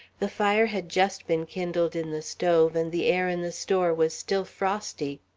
the fire had just been kindled in the stove, and the air in the store was still frosty.